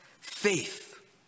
faith